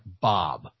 Bob